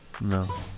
No